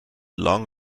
long